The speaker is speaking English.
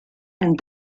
and